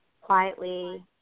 quietly